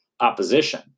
opposition